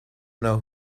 know